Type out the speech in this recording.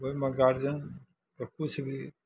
ओहिमे गार्जियनके किछु भी